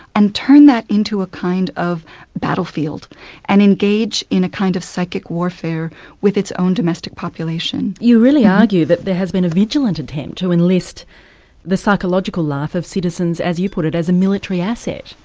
and turn that into a kind of battlefield and engage in a kind of psychic warfare with its own domestic population. you really argue that there has been a vigilant attempt to enlist the psychological life of citizens, as you put it, as a military asset.